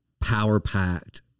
power-packed